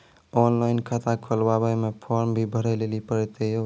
Online खाता खोलवे मे फोर्म भी भरे लेली पड़त यो?